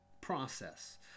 process